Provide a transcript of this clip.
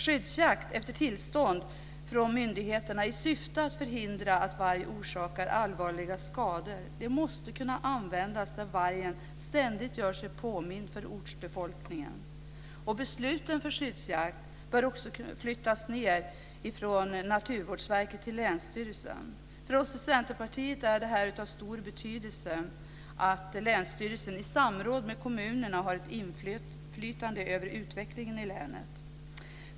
Skyddsjakt efter tillstånd från myndighet, i syfte att förhindra att varg orsakar allvarliga skador måste kunna användas i fall där vargen ständigt gör sig påmind för ortsbefolkningen. Beslut avseende skyddsjakt bör kunna flyttas ned från Naturvårdsverket till länsstyrelserna. För oss i Centerpartiet är det av stor betydelse att länsstyrelsen i samråd med kommunerna har ett inflytande över utvecklingen i länet.